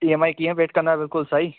E M I कीअं wait कंदा बिल्कुलु सही